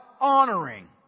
honoring